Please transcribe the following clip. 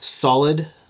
solid